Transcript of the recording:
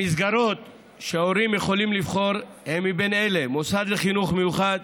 המסגרות שההורים יכולים לבחור הן מבין אלה: מוסד לחינוך מיוחד,